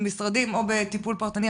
או בטיפול פרטני,